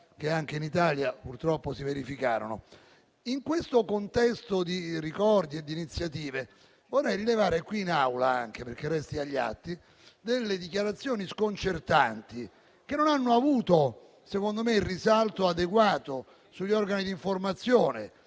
che anche in Italia purtroppo si verificarono. In questo contesto di ricordi e di iniziative, vorrei rilevare qui in Aula, affinché ciò resti agli atti, alcune dichiarazioni sconcertanti che non hanno avuto, secondo me, il risalto adeguato sugli organi di informazione,